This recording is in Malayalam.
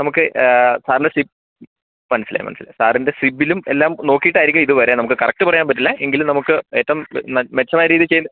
നമുക്ക് സാറിന് മൻസിലായി മൻസിലായി സാറിൻ്റെ സിബിലും എല്ലാം നോക്കിയിട്ടായിരിക്കും ഇത് വരിക നമുക്ക് കറക്റ്റ് പറയാൻ പറ്റില്ല എങ്കിലും നമുക്ക് ഏറ്റവും എന്നാൽ മെച്ചമായ രീതിയിൽ ചെയ്ത്